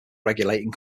regulating